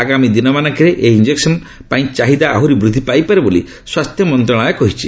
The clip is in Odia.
ଆଗାମୀ ଦିନମାନଙ୍କରେ ଏହି ଇଞ୍ଜେକୁନ ପାଇଁ ଚାହିଦା ଆହୁରି ବୃଦ୍ଧି ପାଇପାରେ ବୋଲି ସ୍ୱାସ୍ଥ୍ୟ ମନ୍ତ୍ରଶାଳୟ କହିଛି